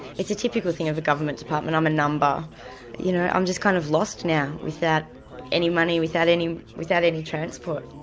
it's a typical thing of a government department, i'm a number you know i'm just kind of lost now without any money, without any without any transport,